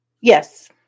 Yes